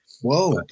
Whoa